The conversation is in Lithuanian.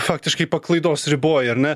faktiškai paklaidos riboj ar ne